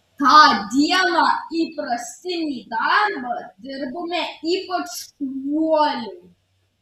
tą dieną įprastinį darbą dirbome ypač uoliai